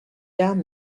down